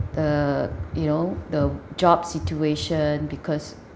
the you know the job situation because